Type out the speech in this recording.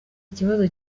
ikibazo